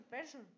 person